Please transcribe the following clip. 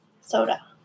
Soda